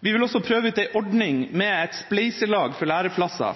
Vi vil også prøve ut en ordning med spleiselag for læreplasser,